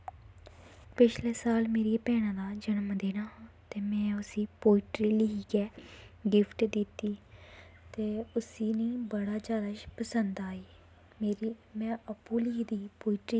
पिछलै साल मेरियै भैनां दा जन्म दिन हा ते में उसी पोईट्री लिखियै गिफ्ट दित्ती ते उसी नी बड़ा जादा पसंद आया में अप्पूं लिखी दी ही पोईट्री